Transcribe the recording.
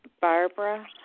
Barbara